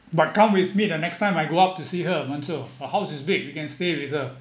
but come with me the next time I go up to see her monzu her house is big we can stay with her